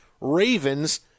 Ravens